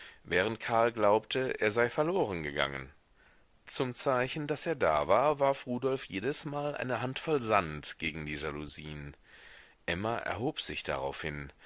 während karl glaubte er sei verloren gegangen zum zeichen daß er da war warf rudolf jedesmal eine handvoll sand gegen die jalousien emma erhob sich daraufhin